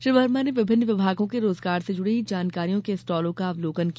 श्री वर्मा ने विभिन्न विभागों के रोजगार से जुड़ी जानकारियों के स्टॉलों का अवलोकन किया